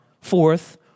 Fourth